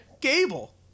Gable